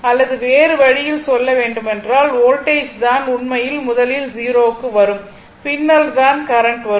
அல்லது வேறு வழியில் சொல்ல வேண்டுமென்றால் வோல்டேஜ் தான் உண்மையில் முதலில் 0 க்கு வரும் பின்னர் தான் கரண்ட் வரும்